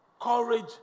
Courage